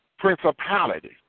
principality